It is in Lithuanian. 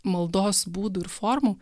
maldos būdų ir formų